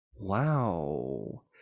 wow